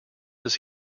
does